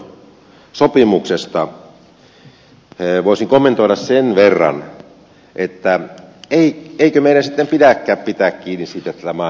tuosta ilmastosopimuksesta voisin kommentoida sen verran että eikö meidän sitten pidäkään pitää kiinni siitä että tämä maailma pelastuu